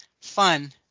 fun